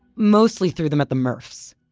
mostly threw them at the mrfs.